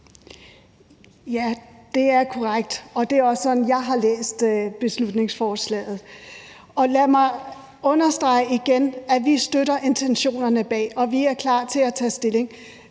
Ja, det er korrekt, og det er også sådan, jeg har læst beslutningsforslaget. Lad mig understrege igen, at vi støtter intentionerne bag, og at vi er klar til at tage stilling.